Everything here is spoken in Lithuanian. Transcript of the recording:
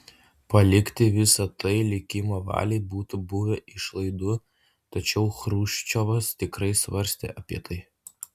palikti visa tai likimo valiai būtų buvę išlaidu tačiau chruščiovas tikrai svarstė apie tai